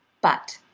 but,